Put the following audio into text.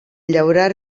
llaurar